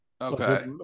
Okay